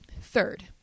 Third